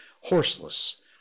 horseless